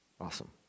Awesome